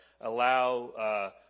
allow –